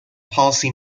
policy